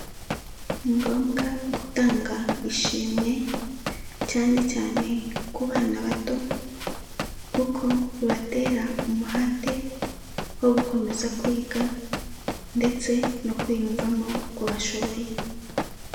Ni ngombwa gutanga ishimwe cyane cyane ku bana bato kuko bibatera umuhate wo gukomeza kwiga ndetse no kwiyumvamo ko bashoboye.